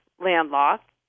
landlocked